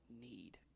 need